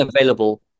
available